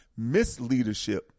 misleadership